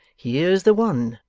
here's the one,